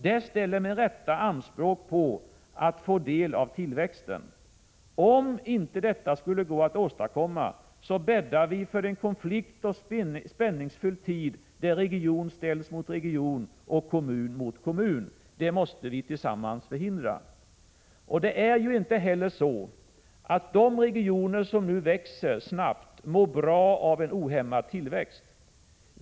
De ställer, med rätta, anspråk på att få del av tillväxten. Om inte detta skulle gå att åstadkomma, bäddar vi för en konfliktoch spänningsfylld tid, där region ställs mot region och kommun mot kommun. Detta måste vi tillsammans förhindra. Det är ju inte heller så, att de regioner som nu växer snabbt mår bra av en ohämmad tillväxt.